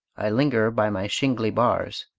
i linger by my shingly bars,